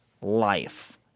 life